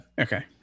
Okay